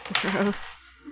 Gross